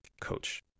coach